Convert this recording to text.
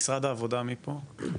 ממשרד העבודה, מי פה?